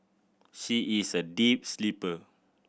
she is a deep sleeper